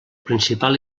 principal